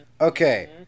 okay